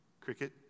Cricket